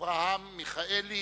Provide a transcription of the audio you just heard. אברהם מיכאלי,